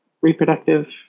reproductive